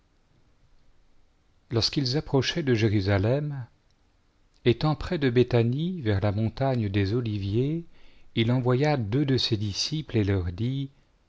lorsqu'ils approchaient de jérusalem étant près de béthanie vers la montagne des ohviers il envoya deux de ses disciples et leur dit